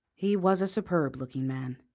he was a superb-looking man,